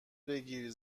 بگیر